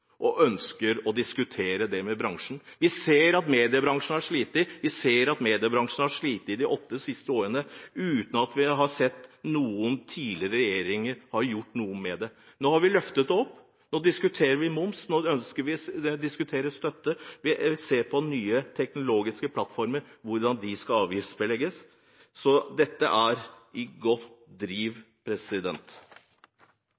og ønsker å diskutere det med bransjen. Vi ser at mediebransjen har slitt de åtte siste årene, uten at vi har sett at noen tidligere regjeringer har gjort noe med det. Nå har vi løftet det opp. Nå diskuterer vi moms, vi diskuterer støtte, og vi ser på hvordan nye teknologiske plattformer skal avgiftsbelegges. Dette er i godt driv.